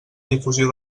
difusió